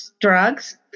drugs